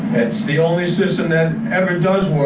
it's the only system that ever does